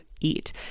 eat